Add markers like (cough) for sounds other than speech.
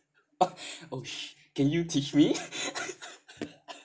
oh !ow! can you teach me (laughs)